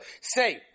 say